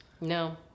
No